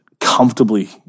comfortably